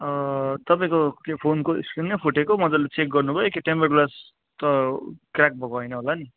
तपाईँको फोनको स्क्रिन नै फुटेको मज्जाले चेक गर्नुभयो एकखेप टेम्पर्ड ग्लास त क्र्याक भएको होइन होला नि